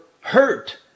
hurt